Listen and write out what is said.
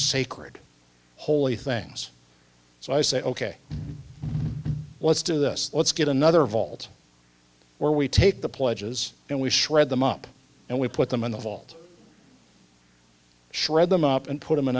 sacred holy things so i say ok let's do this let's get another vault where we take the pledges and we shred them up and we put them in the vault shred them up and put them in